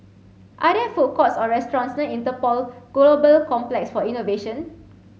are there food courts or restaurants near Interpol Global Complex for Innovation